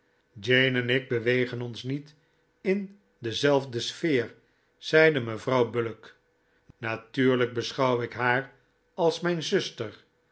en ik bewegen ons niet in dezelfde sfeer zeide mevrouw bullock natuurlijk beschouw ik haar als mijn zuster